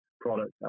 products